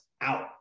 out